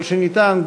כל שניתן,